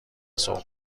سوق